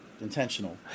intentional